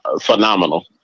phenomenal